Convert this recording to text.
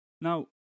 now